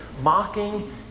mocking